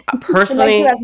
Personally